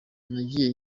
nagiye